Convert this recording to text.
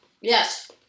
Yes